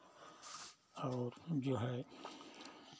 और जो है